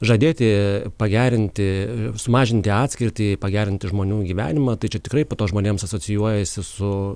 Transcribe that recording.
žadėti pagerinti sumažinti atskirtį pagerinti žmonių gyvenimą tai čia tikrai po to žmonėms asocijuojasi su